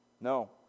No